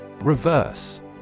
Reverse